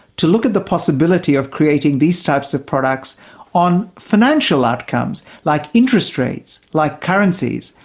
to look at the possibility of creating these types of products on financial outcomes, like interest rates, like currencies,